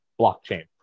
blockchain